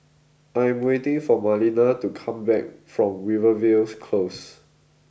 I am waiting for Marlena to come back from Rivervale Close